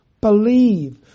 believe